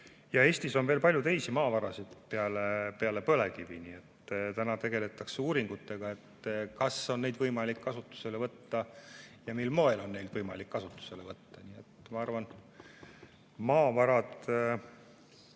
Ja Eestis on veel palju teisi maavarasid peale põlevkivi ja täna tegeldakse uuringutega, kas on neid võimalik kasutusele võtta ja [kui on, siis] mil moel on neid võimalik kasutusele võtta. Ma arvan, et maavarade